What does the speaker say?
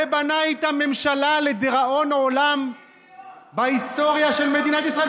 ובנה איתם ממשלה לדיראון עולם בהיסטוריה של מדינת ישראל,